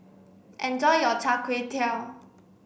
enjoy your Char Kway Teow